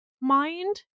mind